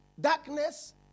Darkness